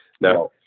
now